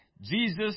Jesus